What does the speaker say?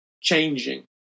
changing